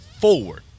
forward